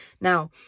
Now